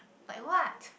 like what